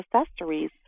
accessories